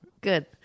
Good